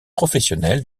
professionnel